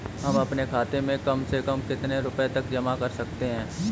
हम अपने खाते में कम से कम कितने रुपये तक जमा कर सकते हैं?